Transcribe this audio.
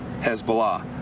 hezbollah